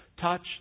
touch